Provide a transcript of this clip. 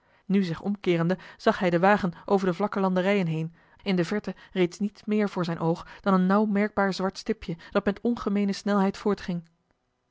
nu zich omkeerende zag hij den wagen over de vlakke landerijen heen in de verte reeds niet meer voor zijn oog dan een nauw merkbaar zwart stipje dat met ongemeene snelheid voortging